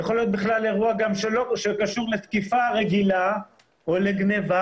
יכול להיות שזה אירוע שקשור לתקיפה רגילה או לגניבה